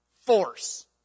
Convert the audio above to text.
Force